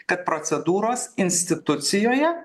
kad procedūros institucijoje